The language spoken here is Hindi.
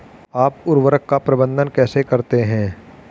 आप उर्वरक का प्रबंधन कैसे करते हैं?